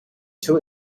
too